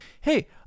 Hey